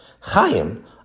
Chaim